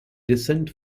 descent